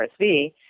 RSV